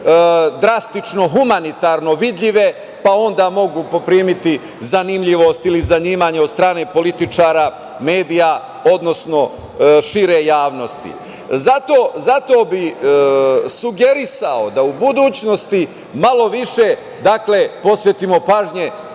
drastično humanitarno vidljive, pa onda mogu poprimiti zanimljivost ili zanimanje od strane političara, medija, odnosno šire javnosti. Zato bih sugerisao da u budućnosti malo više posvetimo pažnje